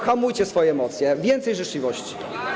Hamujcie swoje emocje, więcej życzliwości.